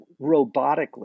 robotically